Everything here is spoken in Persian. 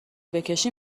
بکشی